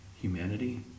Humanity